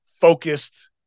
focused